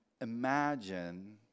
imagine